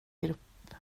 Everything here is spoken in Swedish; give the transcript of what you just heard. grupp